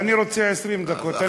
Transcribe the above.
אני רוצה 20 דקות.